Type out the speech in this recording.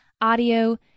audio